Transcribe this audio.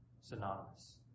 synonymous